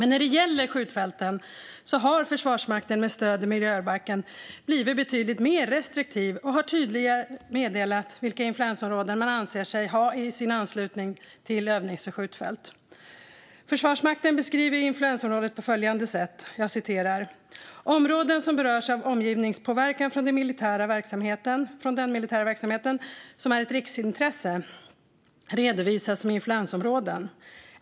När det gäller skjutfälten har Försvarsmakten med stöd i miljöbalken blivit betydligt mer restriktiv och har tydligare meddelat vilka influensområden man anser sig ha i anslutning till sina övnings och skjutfält. Försvarsmakten beskriver influensområde på följande sätt: "Områden som berörs av omgivningspåverkan från den militära verksamhet som är ett riksintresse, redovisas som influensområden.